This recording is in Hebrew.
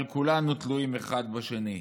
כולנו, תלויים אחד בשני.